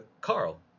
Carl